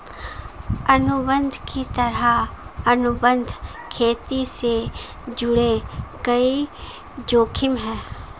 अनुबंध की तरह, अनुबंध खेती से जुड़े कई जोखिम है